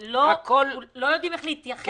שלא יודעים איך להתייחס אליו.